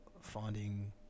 finding